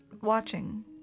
watching